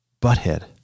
butthead